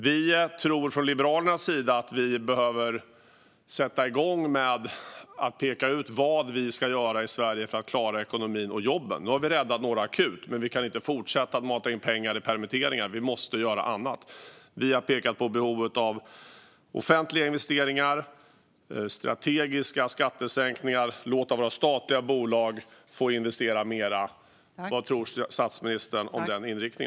Vi från Liberalerna tror att vi behöver sätta igång att peka ut vad vi ska göra i Sverige för att klara ekonomin och jobben. Nu har vi räddat några akut. Men vi kan inte fortsätta att mata in pengar för permitteringar. Vi måste göra annat. Vi liberaler har pekat på behovet av offentliga investeringar och strategiska skattesänkningar och att man ska låta våra statliga bolag få investera mer. Vad tror statsministern om denna inriktning?